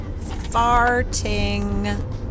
farting